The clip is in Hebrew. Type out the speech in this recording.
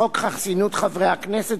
לחוק חסינות חברי הכנסת,